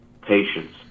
patience